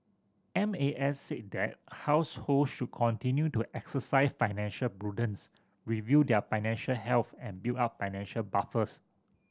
M A S said that household should continue to exercise financial prudence review their financial health and build up financial buffers